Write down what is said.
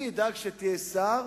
אני אדאג שתהיה שר,